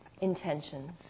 intentions